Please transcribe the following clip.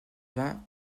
vingt